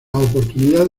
oportunidad